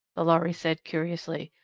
the lhari said curiously.